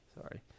Sorry